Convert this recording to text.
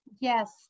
Yes